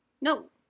No